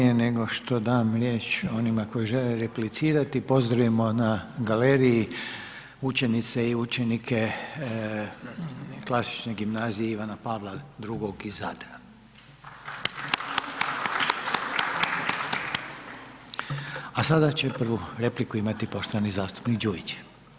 Prije nego što dam riječ onima koji žele replicirati, pozdravimo na galeriji učenice i učenike Klasične gimnazije Ivana Pavla II iz Zadra. … A sada će prvu repliku imati poštovani zastupnik Đujić.